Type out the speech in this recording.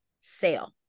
sale